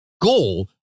goal